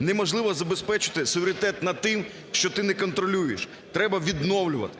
Неможливо забезпечити суверенітет над тим, що ти не контролюєш, треба відновлювати.